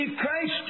Christ